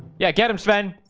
yeah, get him sven.